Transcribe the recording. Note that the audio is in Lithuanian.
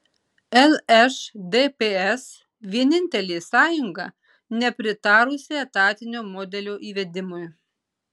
lšdps vienintelė sąjunga nepritarusi etatinio modelio įvedimui